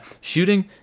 shooting